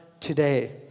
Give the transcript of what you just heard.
Today